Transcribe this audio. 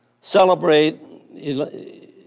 celebrate